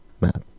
math